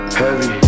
heavy